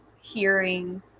hearing